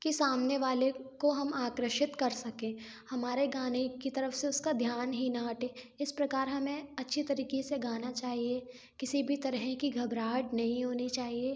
कि सामने वाले को हम आकर्षिक कर सकें हमारे गाने की तरफ से उसका ध्यान ही न हटे इस प्रकार हमें अच्छी तरीके से गाना चाहिए किसी भी तरह की घबराहट नहीं होनी चाहिए